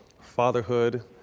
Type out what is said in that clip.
fatherhood